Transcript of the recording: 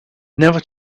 never